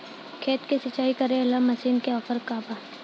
खेत के सिंचाई करेला मशीन के का ऑफर बा?